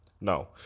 No